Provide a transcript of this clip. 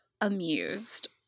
amused